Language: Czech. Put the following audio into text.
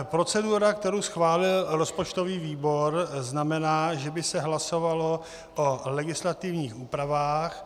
Procedura, kterou schválil rozpočtový výbor, znamená, že by se hlasovalo o legislativních úpravách.